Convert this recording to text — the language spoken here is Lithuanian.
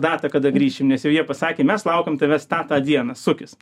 datą kada grįšim nes jau jie pasakė mes laukiam tavęs tą tą dieną sukis